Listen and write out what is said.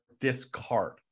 discard